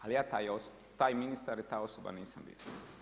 Ali ja taj ministar i ta osoba nisam bio.